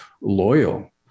loyal